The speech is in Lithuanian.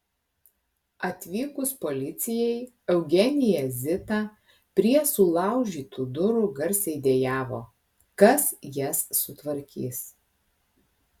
atvykus policijai eugenija zita prie sulaužytų durų garsiai dejavo kas jas sutvarkys